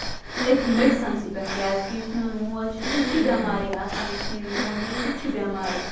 أتھی میڈسَن سٕے پٮ۪ٹھ کیازِ کہِ یُس میون مول چھُ سُہ تہِ چھُ بیمارٕے آسان یُس میٲنۍ موج چھِ سُہ تہِ چھِ بیمارٕے